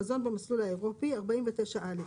מזון במסלול האירופי 49 א.